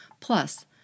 Plus